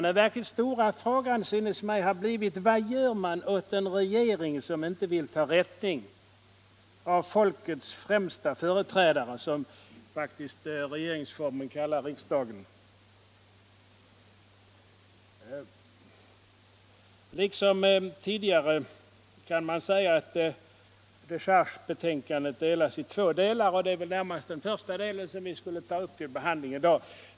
Den verkligt stora frågan synes mig ha blivit: Vad gör man åt en regering som inte vill ta rättelse av ”folkets främsta företrädare”, som regeringsformen kallar riksdagen? Liksom tidigare kan man säga att dechargebetänkandet består av två delar och det är väl närmast den första delen som skall tas upp till behandling i dag.